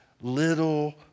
little